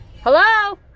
Hello